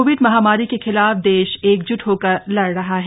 Covid महामारी के खिलाफ देश एकजुट होकर लड़ रहा है